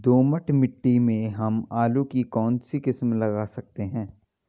दोमट मिट्टी में हम आलू की कौन सी किस्म लगा सकते हैं?